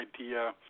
idea